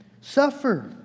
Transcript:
suffer